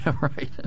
right